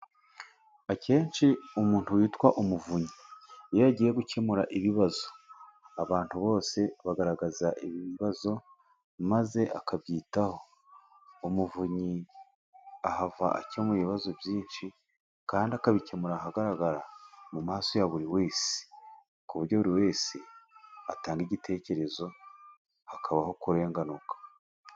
Akenshi umuntu witwa umuvunyi iyo agiye gukemura ibibazo, abantu bose bagaragaza ibibazo maze akabyitaho. Umuvunyi ahava akemuye ibibazo byinshi, kandi akabikemurira ahagaragara mu maso ya buri wese, ku buryo buri wese atanga igitekerezo hakabaho kurenganurwa.